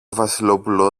βασιλόπουλο